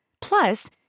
Plus